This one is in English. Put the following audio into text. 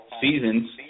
seasons